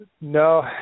no